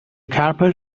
carpet